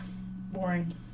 Boring